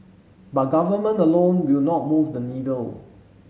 but government alone will not move the needle